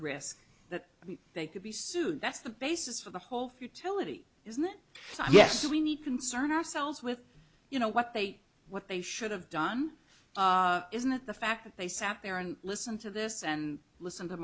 risk that they could be sued that's the basis for the whole futility isn't it yes we need concern ourselves with you know what they what they should have done isn't it the fact that they sat there and listened to this and listened to